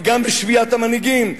גם בשביית המנהיגים,